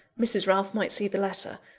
mrs. ralph might see the letter.